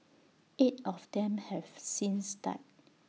eight of them have since died